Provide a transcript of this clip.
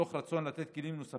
מתוך רצון לתת כלים נוספים